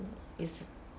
is